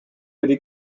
allez